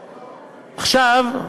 עכשיו,